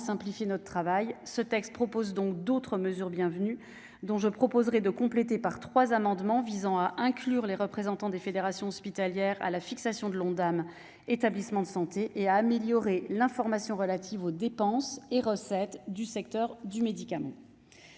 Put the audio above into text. simplifier notre travail. Ces textes proposent donc d'autres mesures bienvenues, que je vous proposerai de compléter par trois amendements visant à inclure les représentants des fédérations hospitalières dans la fixation de l'Ondam établissements de santé et à améliorer l'information relative aux dépenses et recettes du secteur du médicament.